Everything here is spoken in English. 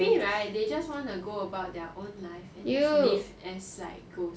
maybe right they just want to go about their own life you live and cycles